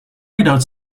radar